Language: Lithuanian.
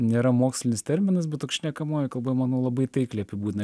nėra mokslinis terminas bet toks šnekamoji kalba manau labai taikliai apibūdina